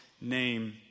name